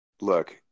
Look